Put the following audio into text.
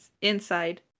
inside